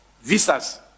visas